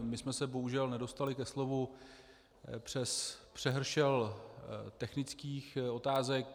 My jsme se bohužel nedostali ke slovu přes přehršli technických otázek.